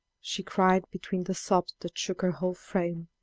she cried between the sobs that shook her whole frame.